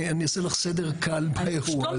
אני אעשה לך סדר באירוע הזה.